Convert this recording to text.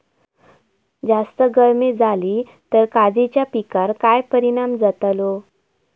जास्त गर्मी जाली तर काजीच्या पीकार काय परिणाम जतालो?